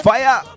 Fire